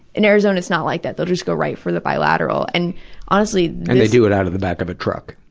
in arizona it's not like that they'll just go right for the bilateral. and mm. and they do it out of the back of a truck.